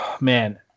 man